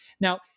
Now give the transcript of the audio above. Now